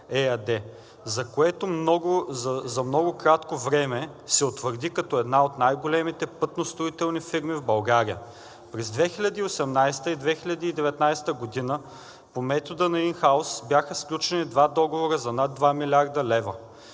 което за много кратко време се утвърди като една от най-големите пътностроителни фирми в България. През 2018-а и 2019 г. по метода на ин хаус бяха сключени два договора за над 2 млрд. лв.